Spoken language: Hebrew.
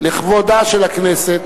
לכבודה של הכנסת.